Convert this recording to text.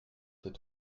c’est